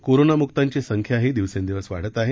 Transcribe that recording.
कोरोनामुक्तांची संख्याही दिवसेंदिवस वाढत आहे